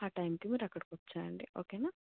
ఆ టైమ్కి మీరు అక్కడికి వచ్చేయండి ఓకేనా